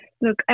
Look